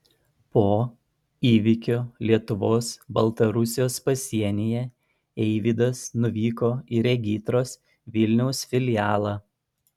po įvykio lietuvos baltarusijos pasienyje eivydas nuvyko į regitros vilniaus filialą